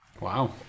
Wow